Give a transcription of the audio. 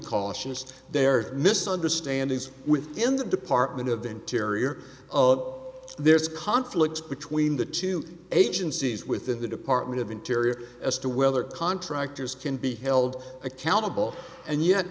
cautious there misunderstandings within the department of the interior of there's conflicts between the two agencies within the department of interior as to whether contractors can be held accountable and yet